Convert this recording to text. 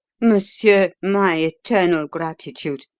monsieur, my eternal gratitude.